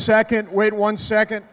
second wait one second